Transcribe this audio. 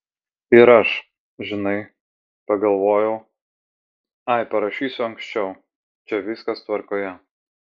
ir aš žinai pagalvojau ai parašysiu anksčiau čia viskas tvarkoje